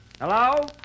Hello